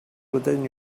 within